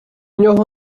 нього